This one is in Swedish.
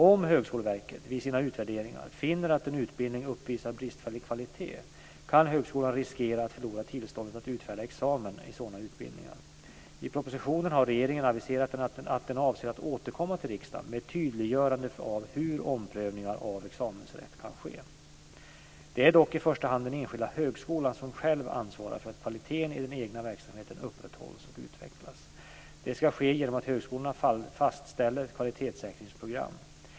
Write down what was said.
Om Högskoleverket vid sina utvärderingar finner att en utbildning uppvisar bristfällig kvalitet kan högskolan riskera att förlora tillståndet att utfärda examen i sådana utbildningar. I propositionen har regeringen aviserat att den avser att återkomma till riksdagen med ett tydliggörande av hur omprövningar av examensrätt kan ske. Det är dock i första hand den enskilda högskolan som själv ansvarar för att kvaliteten i den egna verksamheten upprätthålls och utvecklas. Detta ska ske genom att högskolorna fastställer kvalitetssäkringsprogram.